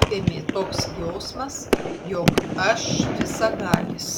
apėmė toks jausmas jog aš visagalis